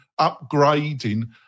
upgrading